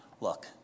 look